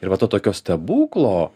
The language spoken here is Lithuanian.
ir va to tokio stebuklo